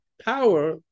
power